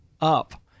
Up